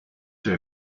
zij